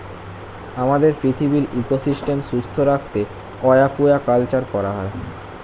আমাদের পৃথিবীর ইকোসিস্টেম সুস্থ রাখতে অ্য়াকুয়াকালচার করা হয়